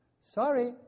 Sorry